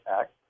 Act